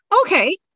okay